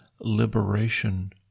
Liberation